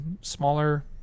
smaller